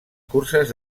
curses